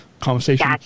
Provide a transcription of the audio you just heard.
conversation